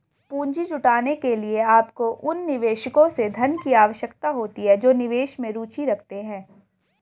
पूंजी जुटाने के लिए, आपको उन निवेशकों से धन की आवश्यकता होती है जो निवेश में रुचि रखते हैं